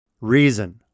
reason